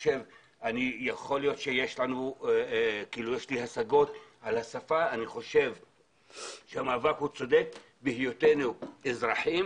יכול להיות שיש לי השגות על השפה אבל המאבק צודק בהיותנו אזרחים